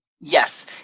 Yes